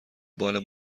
بال